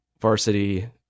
varsity